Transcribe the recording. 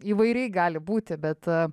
įvairiai gali būti bet